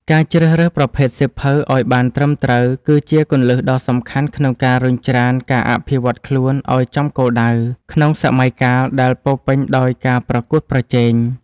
ការជ្រើសរើសប្រភេទសៀវភៅឱ្យបានត្រឹមត្រូវ គឺជាគន្លឹះដ៏សំខាន់ក្នុងការរុញច្រានការអភិវឌ្ឍខ្លួនឱ្យចំគោលដៅ ក្នុងសម័យកាលដែលពោរពេញដោយការប្រកួតប្រជែង។